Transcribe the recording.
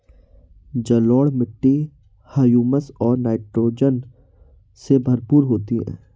जलोढ़ मिट्टी हृयूमस और नाइट्रोजन से भरपूर होती है